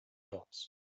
dots